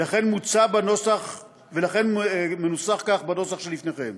ולכן מנוסח כך בנוסח שלפניכם.